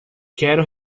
quero